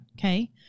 Okay